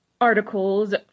articles